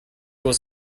was